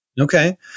okay